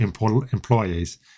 employees